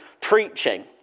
preaching